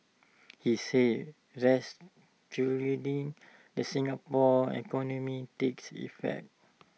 he said the Singapore economy takes effect